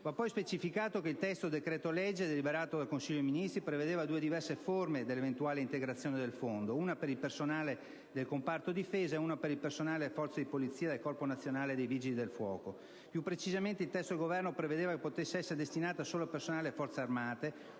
Va poi specificato che il testo del decreto-legge deliberato dal Consiglio dei ministri prevedeva due diverse forme dell'eventuale integrazione del Fondo, una per il personale del comparto difesa e una per il personale delle Forze di polizia e del Corpo nazionale dei vigili del fuoco. Più precisamente, il testo del Governo prevedeva che potesse essere destinata solo al personale delle Forze armate